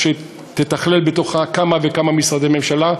שתתכלל בתוכה כמה וכמה משרדי ממשלה,